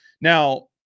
Now